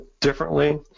differently